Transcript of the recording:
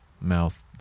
mouth